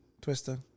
Twister